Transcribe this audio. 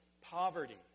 poverty